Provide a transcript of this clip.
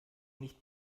nicht